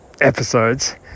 episodes